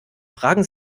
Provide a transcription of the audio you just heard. fragen